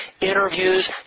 interviews